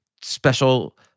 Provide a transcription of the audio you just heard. special